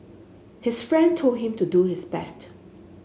his friend told him to do his best